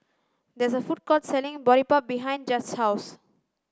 there is a food court selling Boribap behind Judge's house